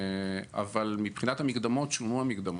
אבל מבחינת המקדמות שולמו המקדמות.